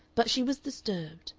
but she was disturbed,